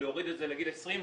להוריד את זה לגיל 20,